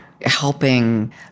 Helping